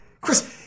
Chris